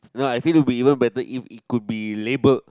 no I feel it will be even better if it could be labelled